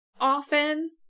often